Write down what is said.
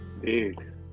Big